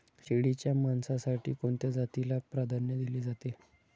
शेळीच्या मांसासाठी कोणत्या जातीला प्राधान्य दिले जाते?